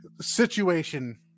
situation